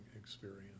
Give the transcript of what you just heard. experience